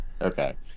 Okay